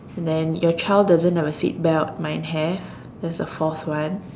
and then your child doesn't have a seatbelt mine have that's the fourth one